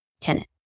tenant